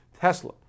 tesla